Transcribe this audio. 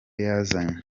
yazanye